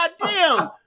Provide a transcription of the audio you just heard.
Goddamn